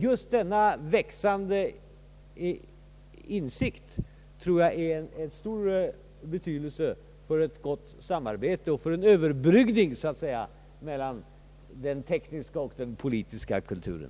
Just denna växande insikt tror jag är av stor betydelse för ett gott samarbete och en överbryggning, så att säga, mellan den tekniska och den politiska kulturen.